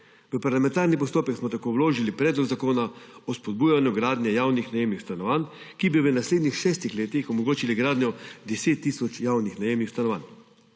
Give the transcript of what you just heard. V parlamentarni postopek smo tako vložili Predlog zakona o spodbujanju gradnje javnih najemnih stanovanj, ki bi v naslednjih šestih letih omogočil gradnjo 10 tisoč javnih najemnih stanovanj.